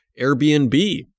Airbnb